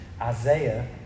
Isaiah